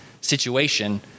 situation